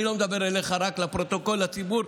אני לא מדבר רק אליך, לפרוטוקול ולציבור.